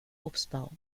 obstbau